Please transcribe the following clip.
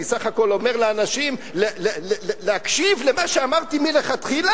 אני בסך הכול אומר לאנשים להקשיב למה שאמרתי מלכתחילה,